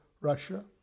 Russia